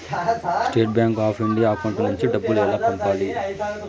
State bank of India account నుంచి డబ్బులు ఎలా పంపాలి?